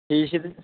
ꯍꯤꯁꯤ